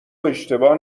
اشتباه